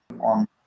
on